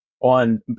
on